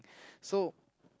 so